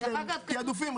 יש תעדופים,